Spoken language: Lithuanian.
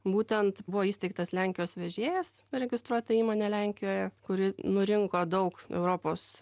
būtent buvo įsteigtas lenkijos vežėjas registruota įmonė lenkijoje kuri nurinko daug europos